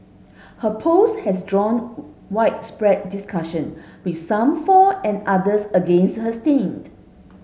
her post has drawn widespread discussion with some for and others against her stent